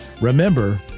remember